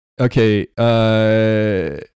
Okay